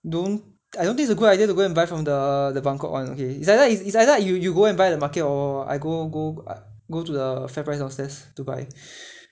so I don't think it's a good idea to go and buy from the the buangkok [one] okay it's either it's either you go and buy at the market or I go go I~ go to the FairPrice downstairs to buy